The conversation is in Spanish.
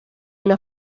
una